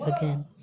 again